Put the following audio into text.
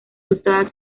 tostada